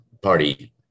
party